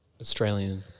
Australian